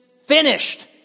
finished